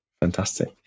Fantastic